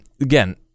again